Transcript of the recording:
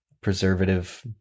preservative